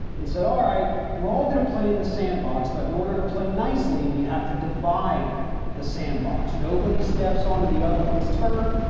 all right, we're all gonna play in the sandbox. but in order to play nicely, we have to divide the sandbox. nobody steps onto the other one's turf.